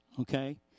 okay